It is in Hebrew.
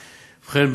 אכן,